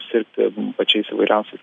sirgti pačiais įvairiausiais